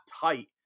tight